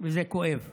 וזה כואב.